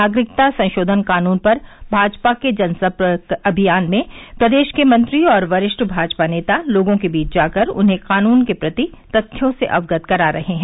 नागरिकता संशोधन कानून पर भाजपा के जनसम्पर्क अभियान में प्रदेश के मंत्री और वरिष्ठ भाजपा नेता लोगों के बीच जाकर उन्हें कानून के प्रति तथ्यों से अवगत करा रहे हैं